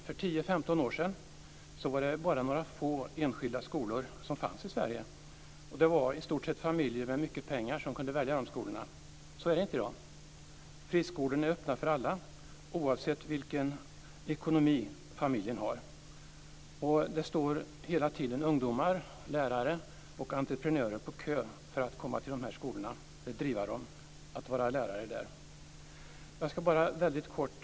För 10-15 år sedan fanns det bara några få enskilda skolor i Sverige. Det var i stort sett familjer med mycket pengar som kunde välja de skolorna. Så är det inte i dag. Friskolorna är öppna för alla, oavsett vilken ekonomi familjen har. Det står hela tiden ungdomar, lärare och entreprenörer på kö för att komma till de skolorna, för att vara lärare där och för att driva skolorna.